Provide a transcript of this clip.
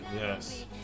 yes